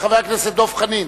וחבר הכנסת דב חנין,